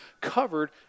covered